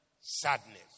sadness